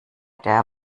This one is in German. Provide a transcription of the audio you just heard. der